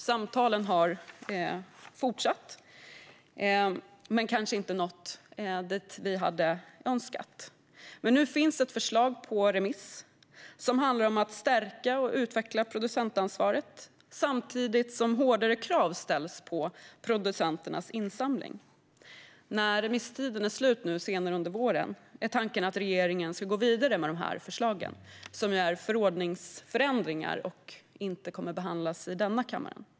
Samtalen har fortsatt, men de har kanske inte nått dit vi hade önskat. Nu finns ett förslag på remiss som handlar om att stärka och utveckla producentansvaret samtidigt som hårdare krav ställs på producenternas insamling. När remisstiden är slut senare under våren är tanken att regeringen ska gå vidare med förslagen, som är förordningsförändringar som inte kommer att behandlas i denna kammare.